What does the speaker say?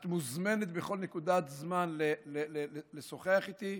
את מוזמנת בכל נקודת זמן לשוחח איתי,